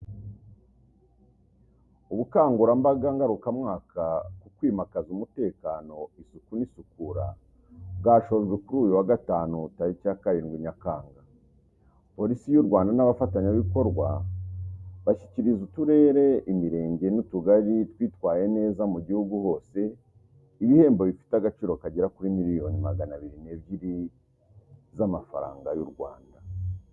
Ubukangurambaga ngarukamwaka ku kwimakaza umutekano, isuku n’isukura bwasojwe kuri uyu wa Gatanu, tariki ya 7 Nyakanga, Polisi y’u Rwanda n’abafatanyabikorwa bashyikiriza uturere, imirenge n’utugari twitwaye neza mu gihugu hose, ibihembo bifite agaciro k’agera kuri miliyoni 202Frw.